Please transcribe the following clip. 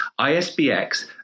ISBX